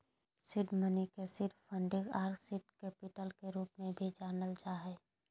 seed money के seed funding आर seed capital के रूप में भी जानल जा हइ